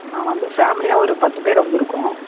நான் வந்து ஃபேமிலியாக ஒரு பத்து பேர் வந்திருக்கோம்